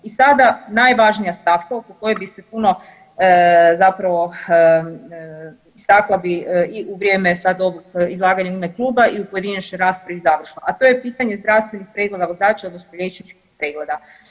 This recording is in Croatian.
I sada, najvažnija stavka oko koje bi se puno zapravo istakla bi i u vrijeme sad ovog izlaganja u ime kluba i u pojedinačnoj raspravi završno, a to je pitanje zdravstvenih pregleda vozača, odnosno liječničkih pregleda.